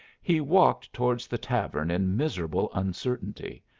he walked towards the tavern in miserable uncertainty,